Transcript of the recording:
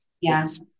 Yes